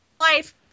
life